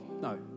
no